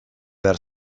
behar